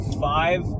five